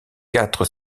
quatre